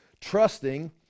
trusting